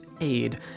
aid